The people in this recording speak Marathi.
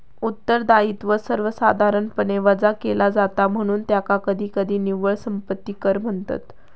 उत्तरदायित्व सर्वसाधारणपणे वजा केला जाता, म्हणून त्याका कधीकधी निव्वळ संपत्ती कर म्हणतत